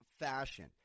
fashion